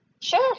Sure